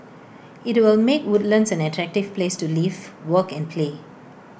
IT will make Woodlands an attractive place to live work and play